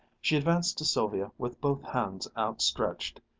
she advanced to sylvia with both hands outstretched,